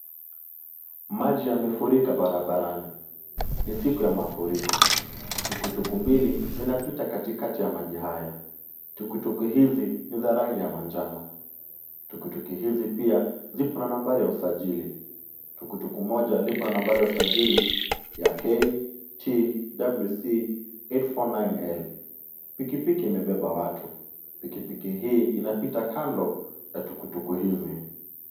Maji yamefurika barabarani. Ni siku ya mafuriko. Tukutuku mbili zinapita katikati ya maji haya. Tukutuku hizi ni za rangi ya manjano. Tukutuku hizi pia zipo na nambari ya usajili. Tukutuku moja lipo na nambari ya usajili ya KTWC 849L.Pikipiki imebeba watu. Pikipiki hii inapita kando na tukutuku hizi.